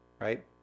right